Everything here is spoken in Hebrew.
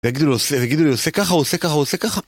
יגידו לי עושה ככה, עושה ככה, עושה ככה